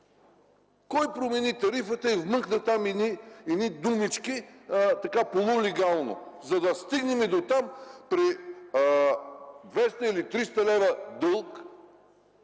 Кой промени тарифата и вмъкна там едни думички полулегално, за да стигнем дотам – при 200 или 300 лева дълг